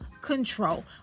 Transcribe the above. control